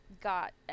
got